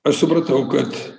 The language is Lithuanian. aš supratau kad